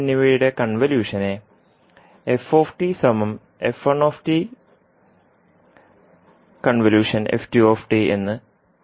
എന്നിവയുടെ കൺവല്യൂഷനെ എന്ന് പ്രതിനിധീകരിക്കുന്നുവെന്ന് നമ്മൾ സ്ഥാപിച്ചു